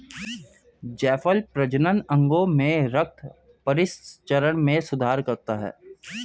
जायफल प्रजनन अंगों में रक्त परिसंचरण में सुधार करता है